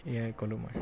এয়াই ক'লো মই